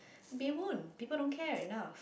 they won't people don't care enough